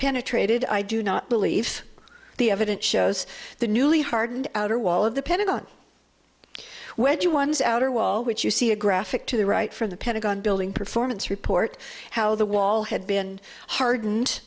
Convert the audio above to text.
penetrated i do not believe the evidence shows the newly hardened outer wall of the pentagon when you ones outer wall which you see a graphic to the right from the pentagon building performance report how the wall had been hardened